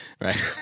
right